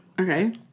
Okay